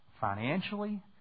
financially